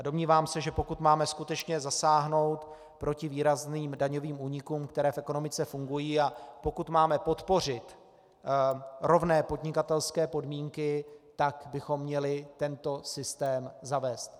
Domnívám se, že pokud máme skutečně zasáhnout proti výrazným daňovým únikům, které v ekonomice fungují, a pokud máme podpořit rovné podnikatelské podmínky, tak bychom měli tento systém zavést.